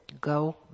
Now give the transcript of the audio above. Go